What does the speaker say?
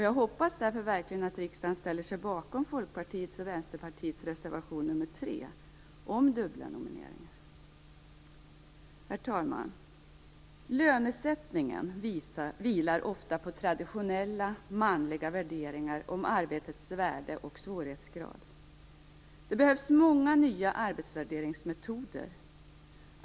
Jag hoppas därför verkligen att riksdagen ställer sig bakom Folkpartiets och Vänsterpartiets reservation nr 3 om dubbla nomineringar. Herr talman! Lönesättningen vilar ofta på traditionella, manliga värderingar om arbetets värde och svårighetsgrad. Det behövs många nya arbetsvärderingsmetoder.